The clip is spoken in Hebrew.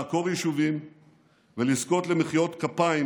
לעקור יישובים ולזכות למחיאות כפיים